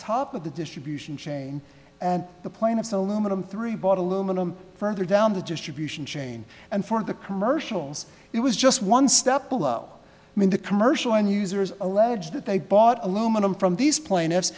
top of the distribution chain and the plaintiffs aluminum three bought aluminum further down the distribution chain and for the commercials it was just one step below i mean the commercial and users allege that they bought aluminum from these plain